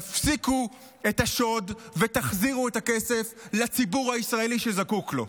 תפסיקו עם השוד ותחזירו את הכסף לציבור הישראלי שזקוק לו.